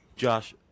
Josh